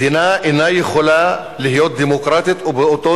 מדינה אינה יכולה להיות דמוקרטית ובאותו